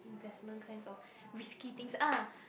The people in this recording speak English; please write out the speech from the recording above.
investment kinds of risky things ah